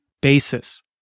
basis